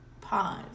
pause